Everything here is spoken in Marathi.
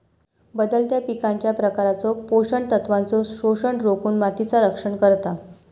बदलत्या पिकांच्या प्रकारचो पोषण तत्वांचो शोषण रोखुन मातीचा रक्षण करता